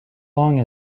long